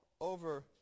over